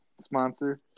Sponsor